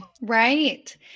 Right